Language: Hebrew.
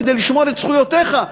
כדי לשמור את זכויותיך,